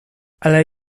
ale